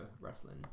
Wrestling